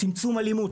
צמצום אלימות,